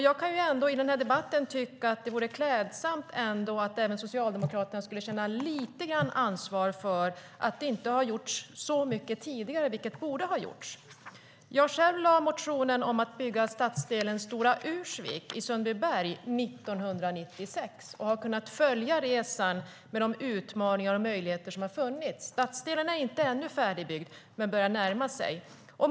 Jag tycker att det vore klädsamt i den här debatten om Socialdemokraterna ändå kunde visa lite grann ansvar för att det inte har gjorts så mycket tidigare som det borde ha gjorts. Jag väckte själv motionen om att bygga stadsdelen Stora Ursvik i Sundsbyberg 1996 och har kunnat följa resan med de utmaningar och möjligheter som har funnits. Stadsdelen är inte ännu färdigbyggd, men det börjar närma sig.